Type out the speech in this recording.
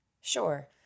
Sure